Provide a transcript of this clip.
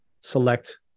select